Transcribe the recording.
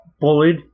bullied